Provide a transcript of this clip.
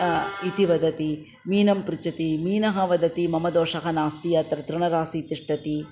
इति वदति मीनं पृच्छति मीनः वदति मम दोषः नास्ति अत्र तृणराशिः तिष्ठति